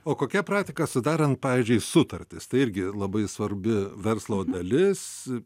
o kokia praktika sudarant pavyzdžiui sutartis tai irgi labai svarbi verslo dalis